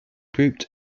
grouped